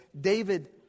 David